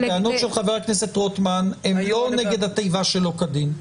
הטענות של חבר הכנסת רוטמן הן לא נגד התיבה "שלא כדין".